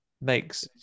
makes